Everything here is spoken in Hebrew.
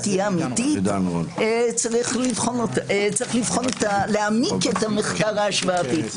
תהיה אמיתית צריך להעמיק את המחקר ההשוואתי.